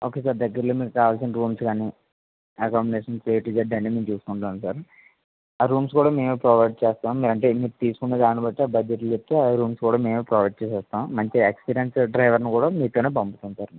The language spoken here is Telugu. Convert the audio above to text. ఓకే సార్ దగ్గర్లో మీకు కావల్సిన రూమ్స్ కాని ఆకొమొడేషన్ ఎ టు జెడ్ అన్నీ మేం చూసుకుంటాం సార్ ఆ రూమ్స్ కూడా మేమె ప్రొవైడ్ చేస్తాం అంటే మీరు తీసుకునే దాన్ని బట్టి ఆ బడ్జెట్లు చెప్తే ఆ రూమ్స్ కూడా మేమే ప్రొవైడ్ చేసేస్తాం మంచి ఎక్స్పీరియన్స్ డ్రైవర్ని కూడా మీతోనే పంపుతాం సార్